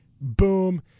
boom